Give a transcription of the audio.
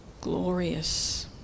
glorious